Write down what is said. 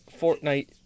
Fortnite